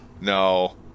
No